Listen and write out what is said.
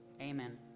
amen